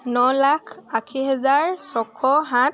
ন লাখ আশী হেজাৰ ছশ সাত